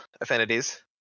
affinities